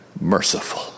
merciful